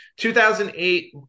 2008